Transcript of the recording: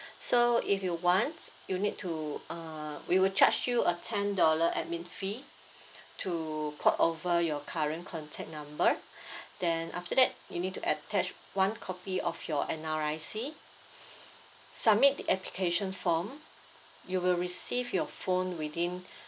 so if you want you need to uh we will charge you a ten dollar administration fee to port over your current contact number then after that you need to attach one copy of your N_R_I_C submit the application form you will receive your phone within